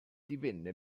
divenne